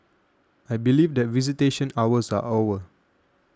I believe that visitation hours are over